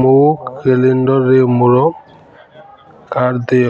ମୋ କ୍ୟାଲେଣ୍ଡର୍ରେ ମୋର କାର୍ ଦେୟ